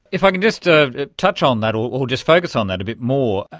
if i can just ah touch on that or or just focus on that a bit more,